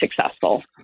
successful